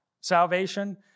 salvation